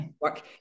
work